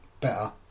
better